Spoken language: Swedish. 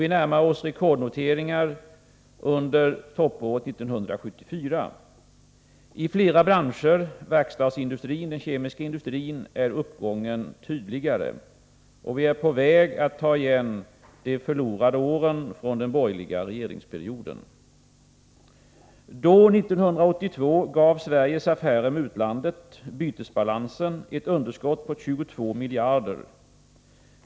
Vi närmar oss rekordnoteringarna under toppåret 1974. I flera branscher — verkstadsindustrin, den kemiska industrin — är uppgången tydligare. Vi är på väg att ta igen de förlorade åren från den borgerliga regeringsperioden. Då, 1982, gav Sveriges affärer med utlandet, bytesbalansen, ett underskott på 22 miljarder.